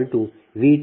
u